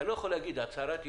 אתה לא יכול להגיד "הצהרת יבואן"